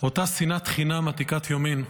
אותה שנאת חינם עתיקת יומין,